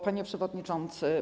Panie Przewodniczący!